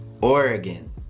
Oregon